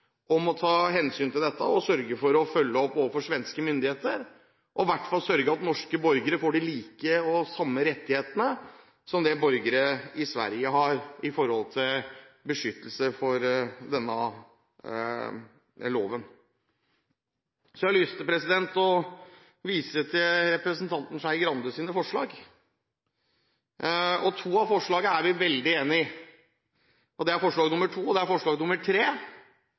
hvert fall sørge for at norske borgere får de samme rettighetene som det borgere i Sverige har med tanke på beskyttelse mot denne loven. Så har jeg lyst til å vise til representanten Skei Grandes forslag. To av forslagene er vi veldig enig i. Det er forslag nr. 2 og forslag nr. 3. Forslag